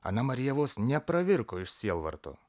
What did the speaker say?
ana marija vos nepravirko iš sielvarto